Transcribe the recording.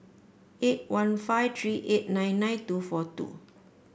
eight one five three eight nine nine two four two